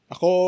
Ako